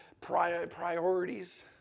priorities